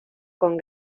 con